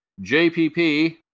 jpp